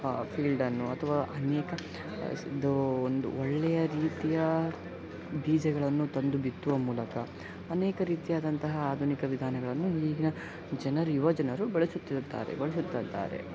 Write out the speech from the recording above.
ಆ ಫೀಲ್ಡನ್ನು ಅಥವಾ ಅನೇಕ ಸ್ ಇದು ಒಂದು ಒಳ್ಳೆಯ ರೀತಿಯ ಬೀಜಗಳನ್ನು ತಂದು ಬಿತ್ತುವ ಮೂಲಕ ಅನೇಕ ರೀತಿಯಾದಂತಹ ಆಧುನಿಕ ವಿಧಾನಗಳನ್ನು ಈಗಿನ ಜನರು ಯುವ ಜನರು ಬಳಸುತ್ತಿರುತ್ತಾರೆ ಬಳಸುತ್ತಾರೆ